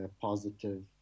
positive